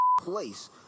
place